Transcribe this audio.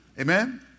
Amen